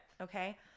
okay